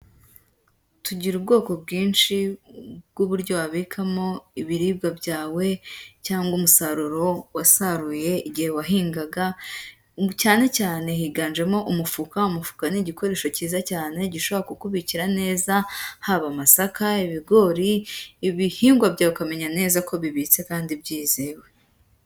Tugira ubwoko bwinshi bw'uburyo wabikamo ibiribwa byawe cyangwa umusaruro wasaruye igihe wahingaga cyane cyane higanjemo umufuka, umufuka ni igikoresho cyiza cyane gishobora gukubikira neza, haba amasaka, ibigori, ibihingwa byawe ukamenya neza ko bibitse kandi byizewe.